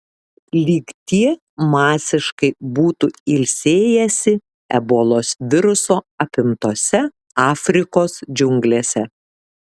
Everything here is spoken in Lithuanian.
lyg tie masiškai būtų ilsėjęsi ebolos viruso apimtose afrikos džiunglėse